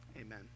Amen